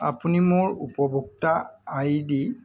আপুনি মোৰ উপভোক্তা আইডি